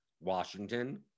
Washington